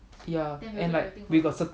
ya and like we got